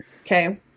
Okay